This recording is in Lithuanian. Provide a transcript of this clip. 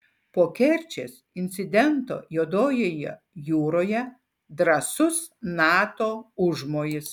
po kerčės incidento juodojoje jūroje drąsus nato užmojis